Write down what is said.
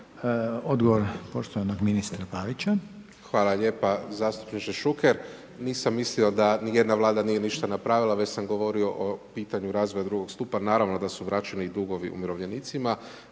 Odgovor poštovanog ministra Pavića. **Pavić, Marko (HDZ)** Hvala lijepa. Zastupniče Šuker, nisam mislio da nijedna vlada nije ništa napravila, već sam govorio o pitanju razvoju II. stupa, naravno da su vraćeni dugovi umirovljenicima.